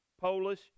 Polish